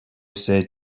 said